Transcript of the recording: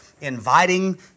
inviting